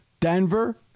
Denver